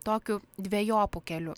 tokiu dvejopu keliu